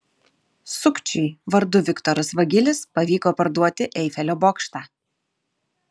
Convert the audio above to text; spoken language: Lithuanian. sukčiui vardu viktoras vagilis pavyko parduoti eifelio bokštą